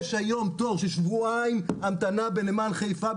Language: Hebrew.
יש היום תור של שבועיים המתנה בנמל חיפה,